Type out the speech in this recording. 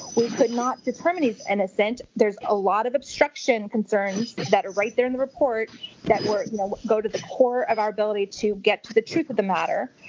we could not determine he's innocent. there's a lot of obstruction concerns that right there in the report that you know go to the core of our ability to get to the truth of the matter.